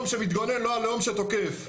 לאום שמתגונן לא הלאום שתוקף.